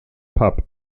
pub